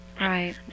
Right